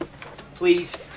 please